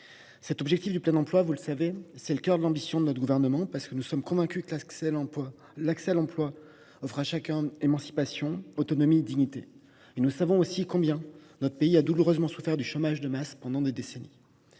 Cet objectif du plein emploi, vous le savez, est le cœur de l’ambition du Gouvernement parce que nous sommes convaincus que l’accès à l’emploi offre à chacun émancipation, autonomie et dignité. Nous savons combien notre pays a douloureusement souffert du chômage de masse pendant des décennies.